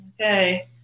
okay